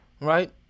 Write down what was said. right